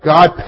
God